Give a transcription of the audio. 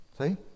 See